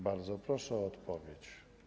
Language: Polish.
Bardzo proszę o odpowiedź.